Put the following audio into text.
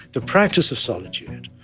the practice of solitude,